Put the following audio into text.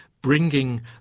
bringing